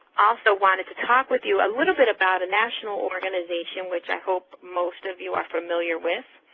also wanted to talk with you a little bit about a national organization which i hope most of you are familiar with.